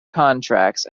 contracts